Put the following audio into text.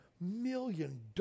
million